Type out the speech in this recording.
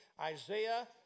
Isaiah